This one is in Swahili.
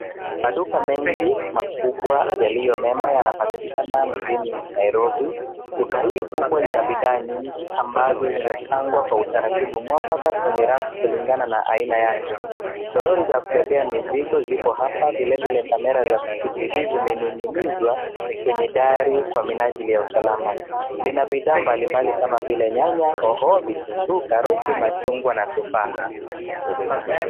Maduka mengi makubwa yaliyo mema, yanapatikana mjini Nairobi. Duka hili kubwa lina bidhaa nyingi ambazo zimepangwa kwa utaratibu mwafaka kwenye rafu kulingana na aina yake. Toroli za kubebea mizigo zipo hapa, vile vile kamera za CCTV zimening'inizwa kwenye dari kwa minajili ya usalama. Lina bidhaa mbali mbali kama vile: nyanya, hoho, vitunguu, karoti, machungwa na tufaha.